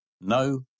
No